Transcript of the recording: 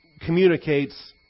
communicates